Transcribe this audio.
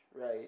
right